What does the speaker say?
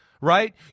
right